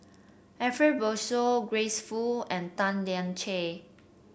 Ariff Bongso Grace Fu and Tan Lian Chye